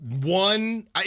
One